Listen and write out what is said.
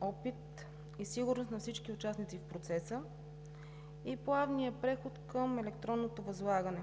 опит и сигурност на всички участници в процеса и плавния преход към електронното възлагане.